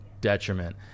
detriment